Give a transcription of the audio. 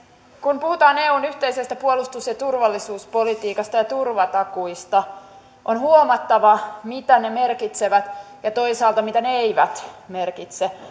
kun puhutaan eun yhteisestä puolustus ja turvallisuuspolitiikasta ja turvatakuista on huomattava mitä ne merkitsevät ja toisaalta mitä ne eivät merkitse